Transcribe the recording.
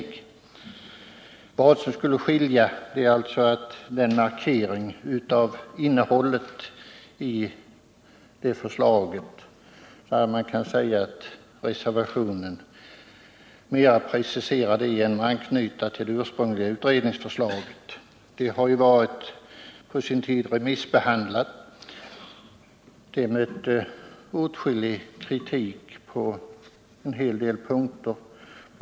Vad som kan skilja är att reservanterna mera preciserar innehållet i förslaget genom att anknyta till det ursprungliga utredningsförslaget. Det remitterades på sin tid och mötte då åtskillig kritik. BI.